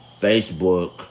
Facebook